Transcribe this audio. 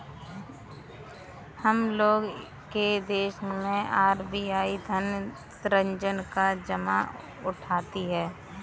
हम लोग के देश मैं आर.बी.आई धन सृजन का जिम्मा उठाती है